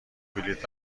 بلیط